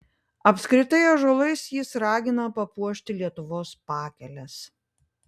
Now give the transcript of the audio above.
apskritai ąžuolais jis ragina papuošti lietuvos pakeles